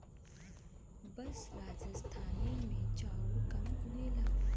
बस राजस्थाने मे चाउर कम उगेला